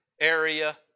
area